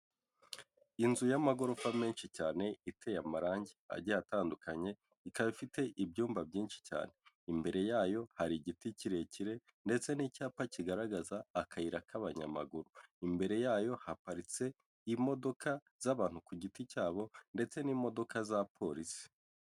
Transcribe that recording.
Inzu y'amagorofa menshi cyane iteye amarangi agiye atandukanye ikaba ifite ibyumba byinshi cyane imbere yayo hari igiti kirekire ndetse n'icyapa kigaragaza akayira k'abanyamaguru imbere yayo haparitse imodoka z'abantu ku giti cyabo ndetse n'imodoka za polisi.